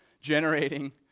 generating